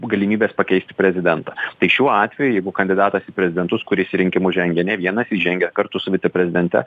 galimybės pakeisti prezidentą tai šiuo atveju jeigu kandidatas į prezidentus kuris rinkimus žengia ne vienas jis žengia kartu su viceprezidente